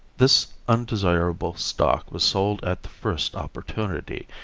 this undesirable stock was sold at the first opportunity,